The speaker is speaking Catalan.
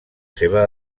seva